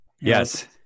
Yes